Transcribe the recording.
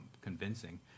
convincing